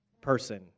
person